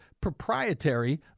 proprietary